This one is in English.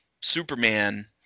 superman